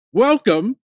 welcome